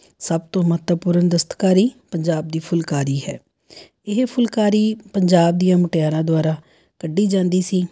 ਸਭ ਤੋਂ ਮਹੱਵਤਪੂਰਨ ਦਸਤਕਾਰੀ ਪੰਜਾਬ ਦੀ ਫੁਲਕਾਰੀ ਹੈ ਇਹ ਫੁਲਕਾਰੀ ਪੰਜਾਬ ਦੀਆਂ ਮੁਟਿਆਰਾਂ ਦੁਆਰਾ ਕੱਢੀ ਜਾਂਦੀ ਸੀ